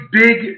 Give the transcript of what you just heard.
big